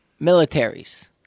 militaries